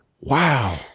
wow